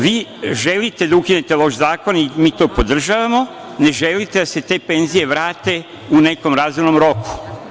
Vi želite da ukinete loš zakon i mi to podržavamo, ne želite da se te penzije vrate u nekom razumnom roku.